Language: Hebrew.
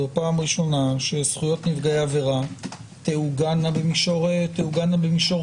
זו פעם ראשונה שזכויות נפגעי עבירה תעוגנה במישור חוקתי.